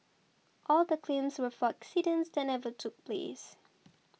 all the claims were for accidents that never took place